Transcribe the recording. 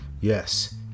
Yes